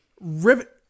rivet